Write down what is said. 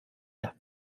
las